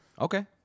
Okay